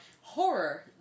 horror